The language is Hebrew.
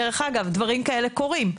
דברים כאלה קורים.